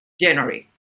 January